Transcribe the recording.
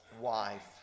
wife